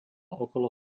okolo